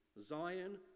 Zion